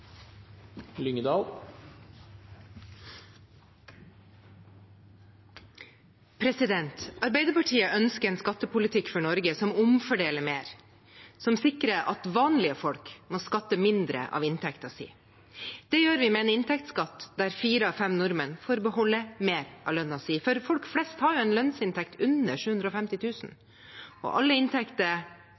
Arbeiderpartiet ønsker en skattepolitikk for Norge som omfordeler mer, som sikrer at vanlige folk må skatte mindre av inntekten sin. Det gjør vi med en inntektsskatt der fire av fem nordmenn får beholde mer av lønnen sin. For folk flest har jo en lønnsinntekt under 750 000 kr, og alle